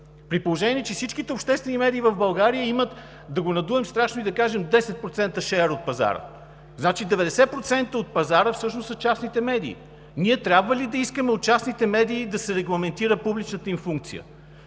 При положение че всички обществени медии в България имат – да го надуем страшно и да кажем, 10% share от пазара. Значи 90% от пазара всъщност са частните медии. Ние трябва ли да искаме от частните медии да се регламентира публичната им функция?